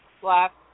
Black